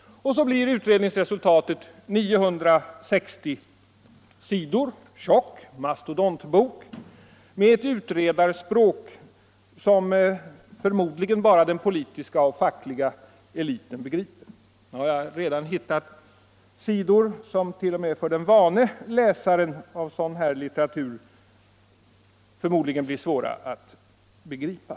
Så blir utredningsresultatet en masto dontbok på 960 sidor med ett utredarspråk som förmodligen bara den politiska och fackliga eliten begriper. Jag har redan hittat sidor som t. 0. m. för den vane läsaren av sådan här litteratur förmodligen blir svåra att begripa.